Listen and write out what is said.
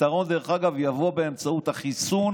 הפתרון יבוא באמצעות החיסון